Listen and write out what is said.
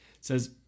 says